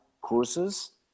courses